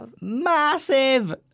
massive